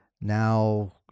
now